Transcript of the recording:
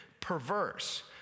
perverse